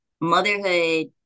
motherhood